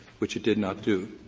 which it did not do.